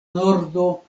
nordo